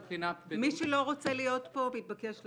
מי שלא רוצה להיות פה מתבקש לצאת.